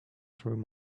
through